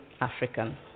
African